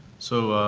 so,